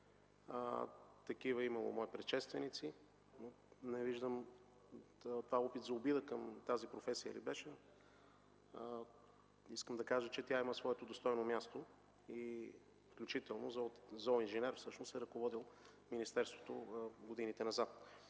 такава е имало мои предшественици. Това опит за обида към тази професия ли беше?! Искам да кажа, че тя има своето достойно място, включително зооинженер е ръководил министерството в годините назад.